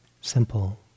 simple